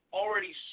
already